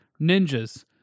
ninjas